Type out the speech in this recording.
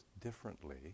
differently